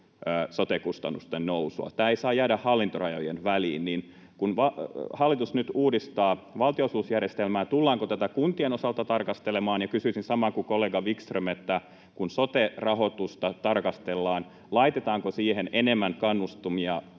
sote-kustannusten nousua. Tämä ei saa jäädä hallintorajojen väliin. Kun hallitus nyt uudistaa valtionosuusjärjestelmää, tullaanko tätä kuntien osalta tarkastelemaan? Ja kysyisin samaa kuin kollega Wikström, että kun sote-rahoitusta tarkastellaan, laitetaanko siihen enemmän kannustimia